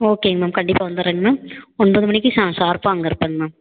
ஓகேங்க மேம் கண்டிப்பாக வந்துடுறேங் மேம் ஒன்பது மணிக்கு ஷா ஷார்ப்பாக அங்கே இருப்பேங்க மேம்